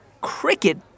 Cricket